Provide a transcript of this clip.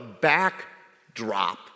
backdrop